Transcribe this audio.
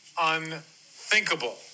unthinkable